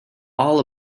all